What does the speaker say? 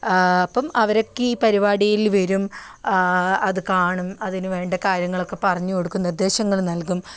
അപ്പം അവരൊക്കെ ഈ പരിപാടിയിൽ വരും അത് കാണും അതിനു വേണ്ട കാര്യങ്ങളൊക്കെ പറഞ്ഞു കൊടുക്കുന്നത് നിർദ്ദേശങ്ങൾ നൽകും